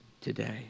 today